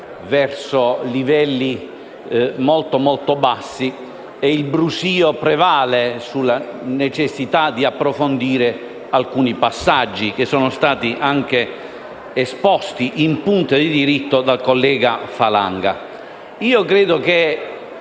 il brusio prevale sulla necessità di approfondire alcuni passaggi esposti in punta di diritto dal collega Falanga.